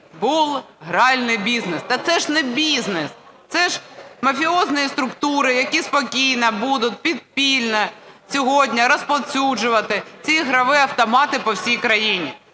був гральний бізнес. Та це ж не бізнес, це ж мафіозні структури, які спокійно будуть підпільно сьогодні розповсюджувати ці ігрові автомати по всій країні.